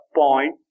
point